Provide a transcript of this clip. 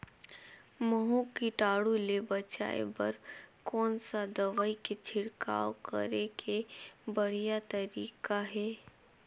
महू कीटाणु ले बचाय बर कोन सा दवाई के छिड़काव करे के बढ़िया तरीका हे?